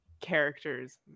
characters